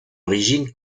origine